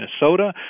Minnesota